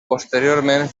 posteriorment